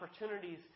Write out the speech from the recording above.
opportunities